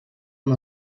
amb